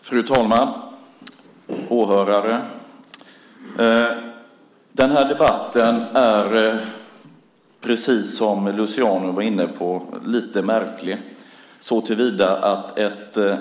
Fru talman och åhörare! Den här debatten är, precis som Luciano var inne på, lite märklig.